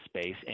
space